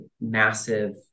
massive